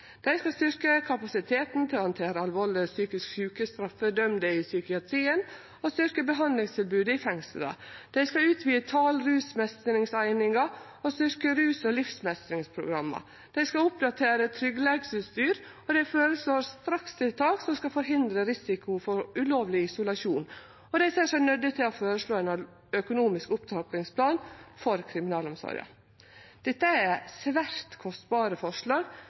Dei skal styrkje kapasiteten til å handtere alvorleg psykisk sjuke straffedømde i psykiatrien og styrkje behandlingstilbodet i fengsla. Dei skal utvide talet på rusmeistringseiningar og styrkje rus- og livsmeistringsprogramma. Dei skal ha oppdatert tryggleiksutstyr, og dei føreslår strakstiltak som skal forhindre risikoen for ulovleg isolasjon. Og dessutan: Dei ser seg nøydde til å føreslå ein økonomisk opptrappingsplan for kriminalomsorga. Dette er svært kostbare forslag